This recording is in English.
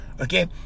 Okay